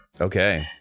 Okay